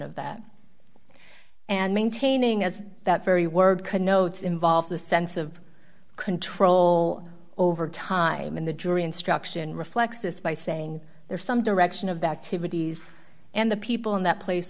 of that and maintaining as that very word connotes involved the sense of control over time in the jury instruction reflects this by saying there is some direction of the activities and the people in that place